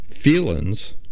Feelings